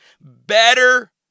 Better